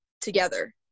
together